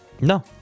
no